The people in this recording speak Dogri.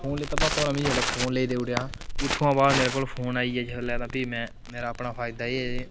फोन लेई दित्ता भापा होरें मिगी जिसलै फोन लेई देई ओड़ेआ ते उत्थुआं बाद मेरे कोल आई गेआ जिसलै ते फ्ही में मेरा फायदा एह् जे